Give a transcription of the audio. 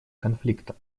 конфликта